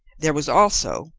there was also,